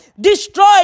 Destroy